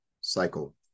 cycle